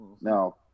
Now